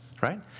Right